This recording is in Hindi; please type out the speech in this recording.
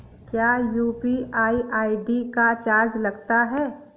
क्या यू.पी.आई आई.डी का चार्ज लगता है?